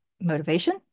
motivation